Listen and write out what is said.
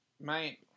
mate